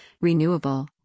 Renewable